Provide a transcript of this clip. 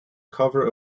cover